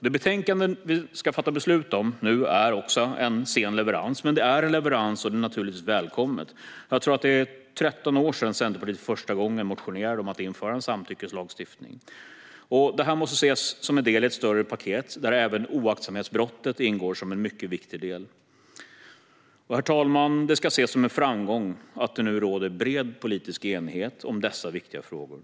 Det betänkande vi nu ska fatta beslut om är en sen leverans, men det är i alla fall en leverans, vilket naturligtvis är välkommet. Jag tror att det är 13 år sedan Centerpartiet för första gången motionerade om att införa en samtyckeslagstiftning. Detta måste ses som en del i ett större paket där även oaktsamhetsbrottet ingår som en mycket viktig del. Herr talman! Det ska ses som en framgång att det nu råder bred politisk enighet om dessa viktiga frågor.